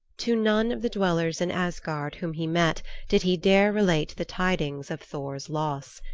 to none of the dwellers in asgard whom he met did he dare relate the tidings of thor's loss.